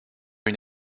une